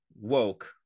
woke